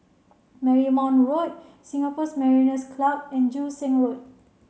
Marymount Road Singapore Mariners' Club and Joo Seng Road